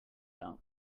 out